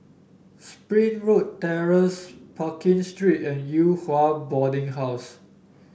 Springwood Terrace Pekin Street and Yew Hua Boarding House